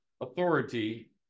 authority